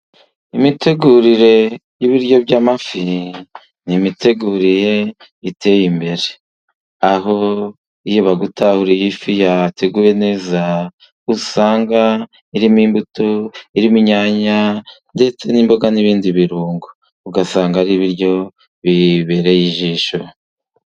Imitegurire y'ibiryo by'amafi ni imitegurire iteye imbere aho iyo bagutaha ifi yateguwe neza usanga irimo imbuto irimo inyanya n'imboga n'ibindi birungo ugasanga ari ibiryo bibereye ijisho.